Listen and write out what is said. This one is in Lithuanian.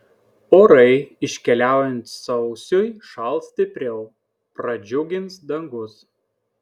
orai iškeliaujant sausiui šals stipriau pradžiugins dangus